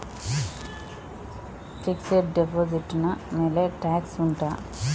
fixed deposit ನ ಮೇಲೆ tax ಉಂಟಾ